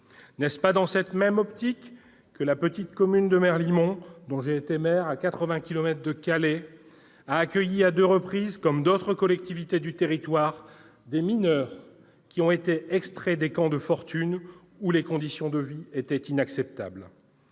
N'est-ce pas dans cette même optique encore que la petite commune de Merlimont-dont j'ai été maire-, située à quatre-vingts kilomètres de Calais, a accueilli à deux reprises, comme d'autres collectivités du territoire, des mineurs qui ont été extraits des camps de fortune où les conditions de vie étaient inacceptables ?